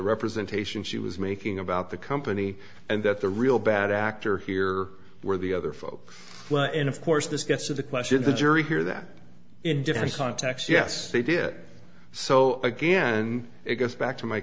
representation she was making about the company and that the real bad actor here were the other folks and of course this gets to the question the jury hear that in a different context yes they did it so again it goes back to my